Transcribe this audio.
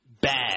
bad